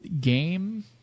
game